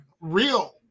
real